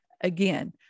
Again